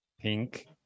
pink